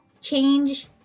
change